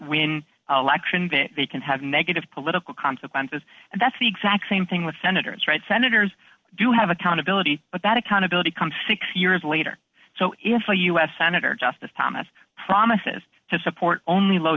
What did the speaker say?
win elections they can have negative political consequences and that's the exact same thing with senators right senators do have accountability but that accountability comes six years later so if a u s senator justice thomas promises to support only low